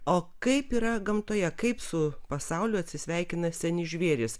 o kaip yra gamtoje kaip su pasauliu atsisveikina seni žvėrys